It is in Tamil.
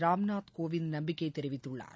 ராம்நாத் கோவிந்த் நம்பிக்கை தெரிவித்துள்ளார்